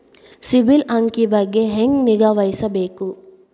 ಸಿಬಿಲ್ ಅಂಕಿ ಬಗ್ಗೆ ಹೆಂಗ್ ನಿಗಾವಹಿಸಬೇಕು?